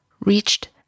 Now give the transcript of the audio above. reached